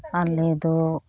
ᱟᱞᱮ ᱫᱚ